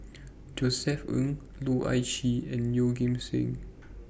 Josef Ng Loh Ah Chee and Yeoh Ghim Seng